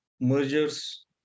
mergers